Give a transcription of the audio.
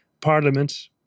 parliament